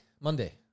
Monday